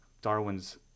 darwin's